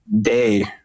day